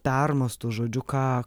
permąsto žodžiu ką